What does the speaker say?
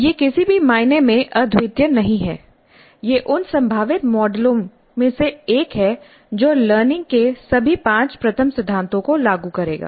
यह किसी भी मायने में अद्वितीय नहीं है यह उन संभावित मॉडलों में से एक है जो लर्निंग के सभी पांच प्रथम सिद्धांतों को लागू करेगा